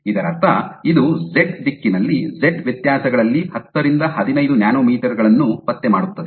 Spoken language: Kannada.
ಇದರರ್ಥ ಇದು - ಝೆಡ್ ದಿಕ್ಕಿನಲ್ಲಿ ಝೆಡ್ ವ್ಯತ್ಯಾಸಗಳಲ್ಲಿ ಹತ್ತರಿಂದ ಹದಿನೈದು ನ್ಯಾನೊಮೀಟರ್ ಗಳನ್ನು ಪತ್ತೆ ಮಾಡುತ್ತದೆ